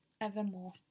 evermore